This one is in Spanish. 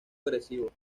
agresivo